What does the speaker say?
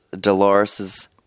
Dolores